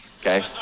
okay